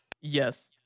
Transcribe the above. Yes